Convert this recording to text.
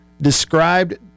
described